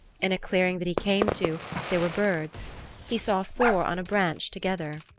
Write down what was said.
in a clearing that he came to there were birds he saw four on a branch together.